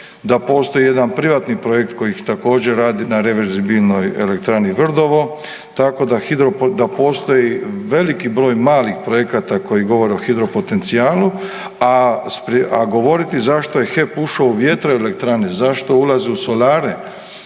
da postoji jedan privatni projekt kojih također radi na reverzibilnoj elektrani Vrdovo, tako da hidro, da postoji veliki broj malih projekata koji govore o hidropotencijalu, a govoriti zašto je HEP ušao u vjetroelektrane, zašto ulaze u solare